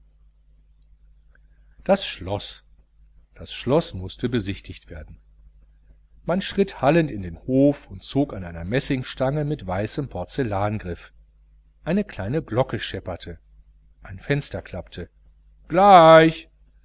das schloß das schloß mußte besichtigt werden man schritt hallend in den hof und zog an einer messingstange mit weißem porzellangriff eine kleine glocke schepperte ein fenster klappte gleich